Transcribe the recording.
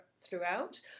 throughout